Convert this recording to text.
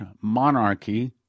monarchy